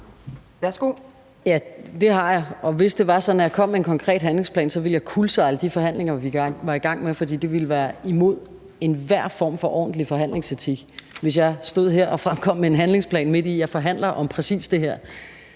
Ja, det har jeg, og hvis det var sådan, at jeg kom med en konkret handlingsplan, ville jeg kuldsejle de forhandlinger, vi var i gang med. Det ville være imod enhver form for ordentlig forhandlingsetik, hvis jeg stod her og fremkom med en handlingsplan, midt i at jeg forhandler om præcis det her.